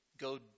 Go